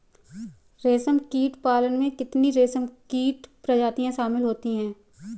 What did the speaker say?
रेशमकीट पालन में कितनी रेशमकीट प्रजातियां शामिल होती हैं?